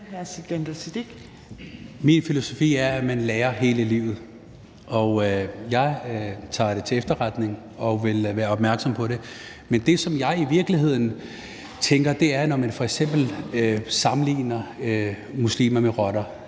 Min filosofi er, at man lærer hele livet, og jeg tager det til efterretning og vil være opmærksom på det. Men det, som jeg i virkeligheden tænker på, er, når man f.eks. sammenligner muslimer med rotter